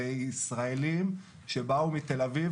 הם ישראלים שבאו מתל אביב,